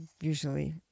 usually